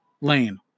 lane